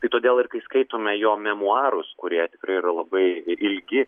tai todėl ir kai skaitome jo memuarus kurie tikrai yra labai ilgi